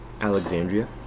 Alexandria